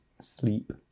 sleep